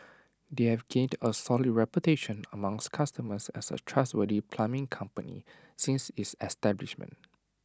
they have gained A solid reputation amongst customers as A trustworthy plumbing company since its establishment